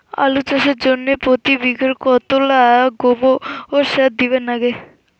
আলু চাষের জইন্যে প্রতি বিঘায় কতোলা গোবর সার দিবার লাগে?